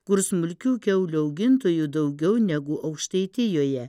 kur smulkių kiaulių augintojų daugiau negu aukštaitijoje